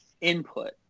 input